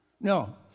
No